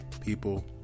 people